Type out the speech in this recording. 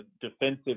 defensive